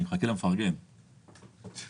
אציג כבר בתחילת דבריי שאני פה מעלה